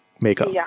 make-up